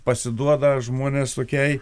pasiduoda žmonės tokiai